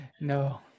No